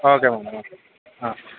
okay madam okay